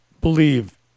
believe